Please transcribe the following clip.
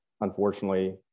unfortunately